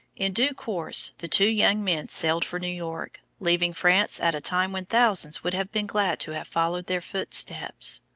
in due course the two young men sailed for new york, leaving france at a time when thousands would have been glad to have followed their footsteps.